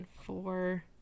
four